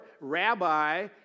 Rabbi